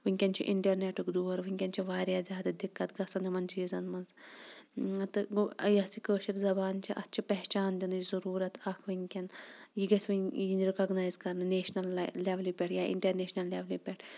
وٕنکین چھُ اِنٹرنیٹُک دور وٕنکین چھُ واریاہ زیادٕ دِکَت گژھان یِمن چیٖزَن منٛز تہٕ گوٚو یۄس یہِ کٲشِر زَبان چھِ اَتھ چھِ پہچان دِنٕچ ضروٗرتھ وٕنکین یہِ گژھِ وٕنہِ یِنۍ رِکوگنایز کرنہٕ نیشنَل لیولہِ پٮ۪ٹھ یا اِنٹرنیشنَل لیولہِ پٮ۪ٹھ